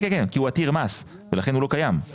כן כי הוא עתיר מס ולכן הוא לא קיים,